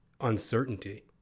uncertainty